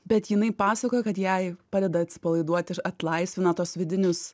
bet jinai pasakoja kad jai padeda atsipalaiduoti ir atlaisvina tuos vidinius